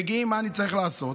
מגיעים, מה אני צריך לעשות?